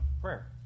prayer